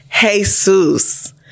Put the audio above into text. Jesus